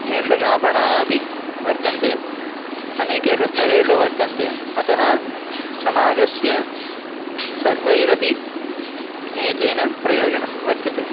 भेषजापणाः अपि वर्तन्ते अनेकेषु स्थरेषु वर्तन्ते अतः समाजस्य सर्वैरपि एतेन प्रयोजनं वर्तते